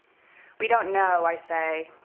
we don't know i say.